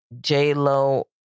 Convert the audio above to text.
J-Lo